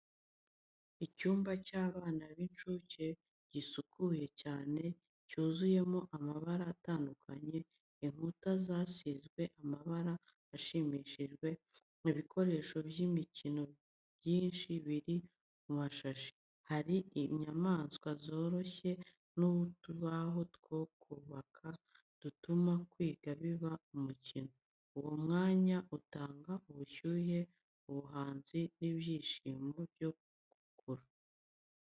Icyumba cy’abana b’incuke gisukuye cyane, cyuzuyemo amabara atandukanye, inkuta zasizwe amabara ashimishije, ibikoresho by’imikino byinshi biri ku mashashi. Hari inyamaswa zoroshye n’utubaho two kubaka dutuma kwiga biba umukino. Uwo mwanya utanga ubushyuhe, ubuhanzi n’ibyishimo byo gukura.